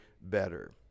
better